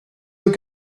were